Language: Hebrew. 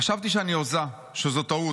"חשבתי שאני הוזה, שזו טעות.